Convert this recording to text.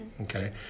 Okay